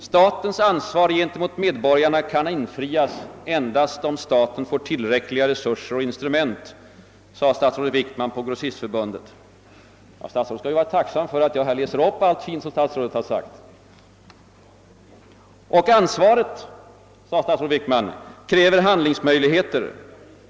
»Statens ansvar gentemot medborgarna kan infrias endast om staten får tillräckliga resurser och instrument», sade statsrådet Wickman på Grossistförbundet — statsrådet skall vara tacksam för att jag läser upp allt fint han har sagt. Och ansvaret, sade han vidare, kräver handlingsmöjligheter.